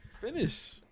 finish